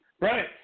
right